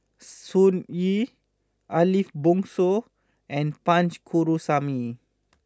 Sun Yee Ariff Bongso and Punch Coomaraswamy